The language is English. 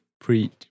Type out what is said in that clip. preach